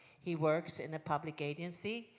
he works in a public agency.